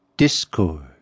Discord